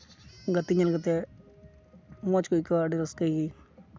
ᱜᱟᱛᱮ ᱧᱮᱞ ᱠᱟᱛᱮᱫ ᱢᱚᱽ ᱠᱚ ᱟᱹᱭᱠᱟᱹᱣᱟ ᱟᱹᱰᱤ ᱨᱟᱹᱥᱠᱟᱹ ᱜᱮ